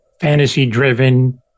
fantasy-driven